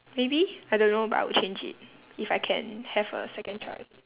maybe I don't know but I will change it if I can have a second choice